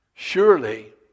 Surely